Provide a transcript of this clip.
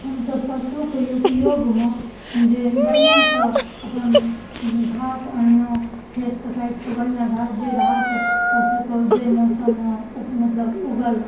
हमसब पशुके ऊपयोगमे जे बढ़िऑंसँ अपन घास अनलहुॅं खेत सँ काटिके बढ़िऑं घास जे घास पशुके जाहि मौसममे मतलब ऊगल